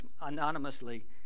anonymously